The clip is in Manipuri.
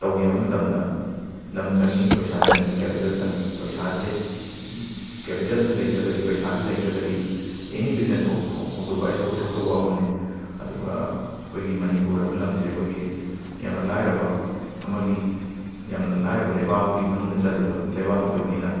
ꯇꯧꯒꯦ ꯍꯥꯏꯕ ꯃꯇꯝꯗ ꯂꯝ ꯆꯪꯏ ꯄꯩꯁꯥ ꯆꯪꯏ ꯀꯦꯄꯤꯇꯦꯜ ꯆꯪꯏ ꯄꯩꯁꯥꯁꯦ ꯀꯦꯄꯤꯇꯦꯜꯁꯦ ꯂꯩꯇ꯭ꯔꯒꯗꯤ ꯄꯩꯁꯥꯁꯦ ꯂꯩꯇ꯭ꯔꯒꯗꯤ ꯑꯦꯅꯤ ꯕꯤꯖꯤꯅꯦꯁ ꯍꯧ ꯍꯧ ꯍꯧꯗꯣꯛꯄ ꯍꯥꯏꯁꯦ ꯑꯣꯏꯊꯣꯛꯇꯕ ꯋꯥꯐꯝꯅꯤ ꯑꯗꯨꯒ ꯑꯩꯈꯣꯏꯒꯤ ꯃꯅꯤꯄꯨꯔ ꯍꯥꯏꯕ ꯂꯝꯁꯦ ꯑꯩꯈꯣꯏꯒꯤ ꯌꯥꯝꯅ ꯂꯥꯏꯔꯕ ꯑꯃꯒꯤ ꯌꯥꯝꯅ ꯂꯥꯏꯔꯕ ꯂꯩꯕꯥꯛ ꯑꯃꯒꯤ ꯃꯅꯨꯡꯗ ꯆꯜꯂꯤꯕ ꯂꯩꯕꯥꯛ ꯑꯃ ꯑꯣꯏꯕꯅꯤꯅ